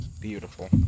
Beautiful